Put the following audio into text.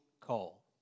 call